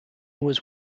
was